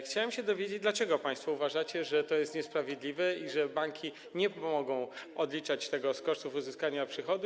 Chciałem się dowiedzieć dlaczego państwo uważacie, że to jest niesprawiedliwe i że banki nie mogą odliczać tego z kosztów uzyskania przychodu.